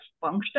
function